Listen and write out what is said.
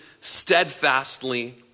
steadfastly